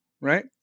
Right